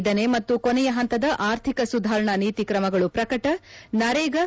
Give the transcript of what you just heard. ಐದನೇ ಮತ್ತು ಕೊನೆಯ ಹಂತದ ಆರ್ಥಿಕ ಸುಧಾರಣಾ ನೀತಿ ಕ್ರಮಗಳ ಪ್ರಕಟ ನರೇಗಾ